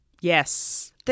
Yes